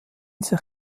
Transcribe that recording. sich